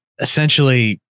Essentially